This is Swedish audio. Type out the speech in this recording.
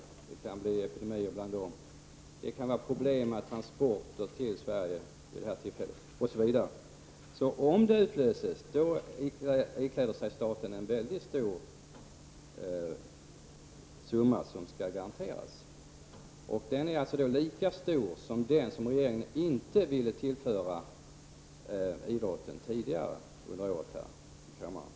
Det kan bli epidemier bland dem. Det kan uppstå problem med transporter till Sveriger vid detta tillfälle osv. Om löftet måste infrias är det en mycket stor summa som staten ikläder sig ansvaret för. Den är lika stor som den som regeringen inte ville tillföra idrotten tidigare under året.